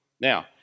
Now